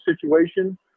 situation